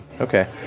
Okay